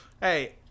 Hey